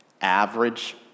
average